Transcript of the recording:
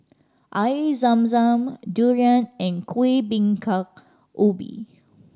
eye zam zam durian and Kueh Bingka Ubi